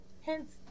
hence